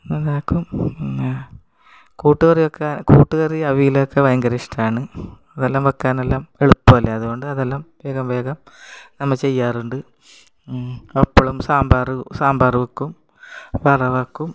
ഇതാക്കും പിന്നെ കൂട്ടുകറിയൊക്കെ കൂട്ടുകറി അവിയൽ ഒക്കെ ഭയങ്കര ഇഷ്ടമാണ് അതെല്ലാം വെക്കാനെല്ലാം എളുപ്പമല്ലേ അതുകൊണ്ട് അതെല്ലാം വേഗം വേഗം നമ്മൾ ചെയ്യാറുണ്ട് എപ്പോഴും സാമ്പാർ സാമ്പാർ വെക്കും വറവാക്കും